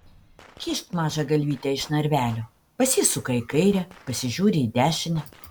kyšt maža galvytė iš narvelio pasisuka į kairę pasižiūri į dešinę